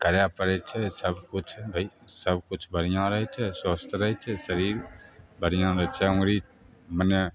करै पड़ै छै सबकिछु भाइ सबकिछु बढ़िआँ रहै छै स्वस्थ रहै छै शरीर बढ़िआँ रहै छै अङ्गुरी मने